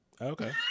Okay